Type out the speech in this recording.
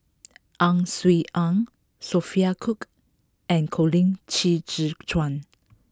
Ang Swee Aun Sophia Cooke and Colin Qi Zhe Quan